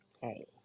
Hey